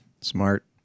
smart